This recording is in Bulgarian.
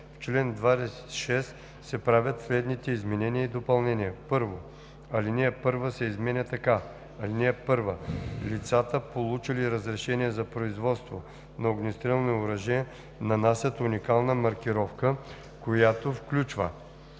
В чл. 26 се правят следните изменения и допълнения: 1. Алинея 1 се изменя така: „(1) Лицата, получили разрешение за производство на огнестрелни оръжия, нанасят уникална маркировка, която включва: